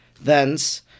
Thence